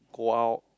go out